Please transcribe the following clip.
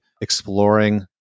exploring